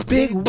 Big